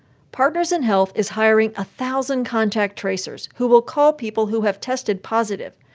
partners in health is hiring a thousand contact tracers who will call people who have tested positive.